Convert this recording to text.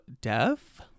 deaf